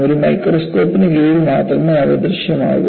ഒരു മൈക്രോസ്കോപ്പിന് കീഴിൽ മാത്രമേ അവ ദൃശ്യമാകൂ